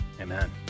amen